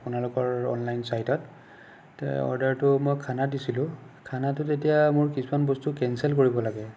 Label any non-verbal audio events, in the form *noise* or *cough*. আপোনালোকৰ অনলাইন চাইটত *unintelligible* অৰ্ডাৰটো মই খানা দিছিলোঁ খানাটোত এতিয়া মোৰ কিছুমান বস্তু কেনচেল কৰিব লাগে